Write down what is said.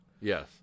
Yes